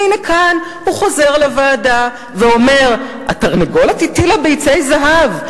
והנה כאן הוא חוזר לוועדה ואומר: התרנגולת הטילה ביצי זהב,